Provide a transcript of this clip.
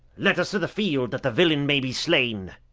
let us to the field, that the villain may be slain.